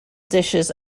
dishes